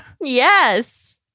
Yes